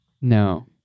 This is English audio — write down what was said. No